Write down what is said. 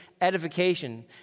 edification